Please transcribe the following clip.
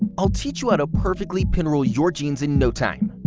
i'll teach you how to perfectly pinroll your jeans in no time.